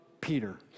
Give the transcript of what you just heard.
Peter